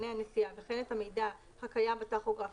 וכן ישמור את המידע הנאגר בטכוגרף,